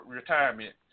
retirement